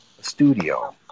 studio